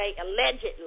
Allegedly